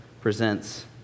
presents